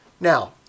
Now